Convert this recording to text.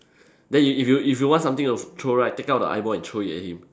then if you if you want something to throw right take out the eyeball and throw it at him